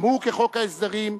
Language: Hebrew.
גם הוא כחוק ההסדרים,